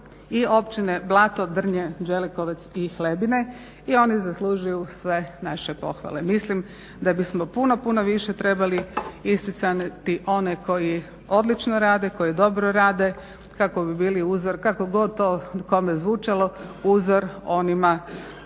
i općine Blato, Drnje, Đelekovac i Hlebine i oni zaslužuju sve naše pohvale. Mislim da bismo puno, puno više trebali isticati one koji odlično rade, koji dobro rade kako bi bili uzor kako god to kome zvučalo onima